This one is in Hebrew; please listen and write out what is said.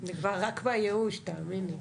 אני כבר רק בייאוש, תאמין לי.